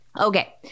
Okay